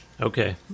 Okay